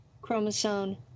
chromosome